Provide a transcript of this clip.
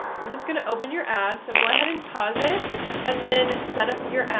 you're just going to open your ad. so go ahead and pause it and then set up your